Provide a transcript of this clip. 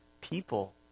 people